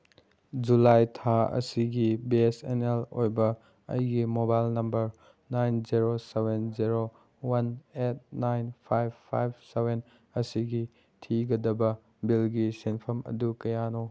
July ꯊꯥ ꯑꯁꯤꯒꯤ B S N L ꯑꯣꯏꯕ ꯑꯩꯒꯤ mobile number nine zero seven zero one eight nine five five seven ꯑꯁꯤꯒꯤ ꯊꯤꯒꯗꯕ ꯕꯤꯜꯒꯤ ꯁꯦꯟꯐꯝ ꯑꯗꯨ ꯀꯌꯥꯅꯣ